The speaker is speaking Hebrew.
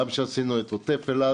גם כשעשינו את עוטף אילת